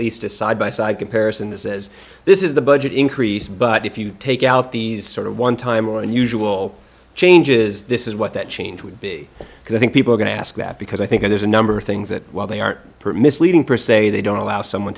least a side by side comparison that says this is the budget increase but if you take out these sort of one time or unusual changes this is what that change would be because i think people are going to ask that because i think there's a number of things that while they are misleading for sale they don't allow someone